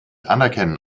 anerkennen